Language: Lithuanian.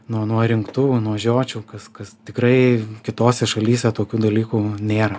nuo nuo rinktuvo nuo žiočių kas kas tikrai kitose šalyse tokių dalykų nėra